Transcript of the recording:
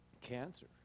cancer